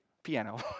Piano